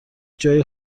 جای